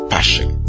Passion